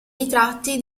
ritratti